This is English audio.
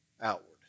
outward